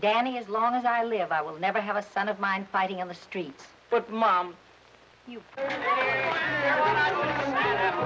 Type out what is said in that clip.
danny as long as i live i will never have a son of mine fighting in the street but mom you